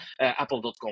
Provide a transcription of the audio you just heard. apple.com